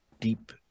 deep